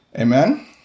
Amen